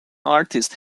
artist